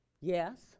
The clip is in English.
Yes